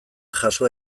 jaso